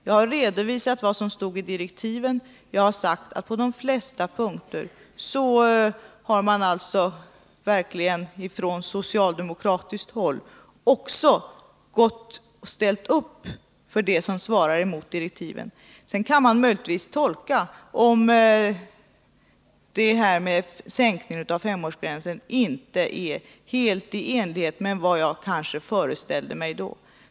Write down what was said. Jag har redovisat vad som stod i direktiven, och jag har sagt att man på de flesta punkter från socialdemokratiskt håll också verkligen har ställt upp för direktiven. Sedan kan man möjligtvis säga att femårsgränsen inte är helt i enlighet med vad jag kanske föreställde mig på den tiden.